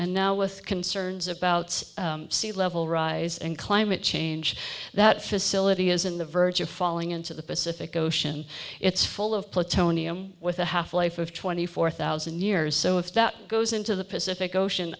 and now with concerns about sea level rise and climate change that facility is in the verge of falling into the pacific ocean it's full of plutonium with a half life of twenty four thousand years so if that goes into the pacific ocean